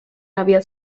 aviat